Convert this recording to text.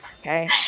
Okay